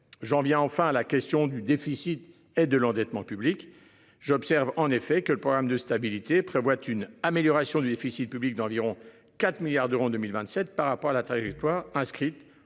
J'en viens enfin à la question du déficit et de l'endettement public. J'observe en effet que le programme de stabilité prévoit une amélioration du déficit public d'environ 4 milliards d'euros en 2027 par rapport à la trajectoire inscrite